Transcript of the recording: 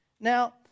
Now